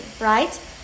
right